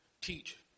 teach